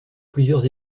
plusieurs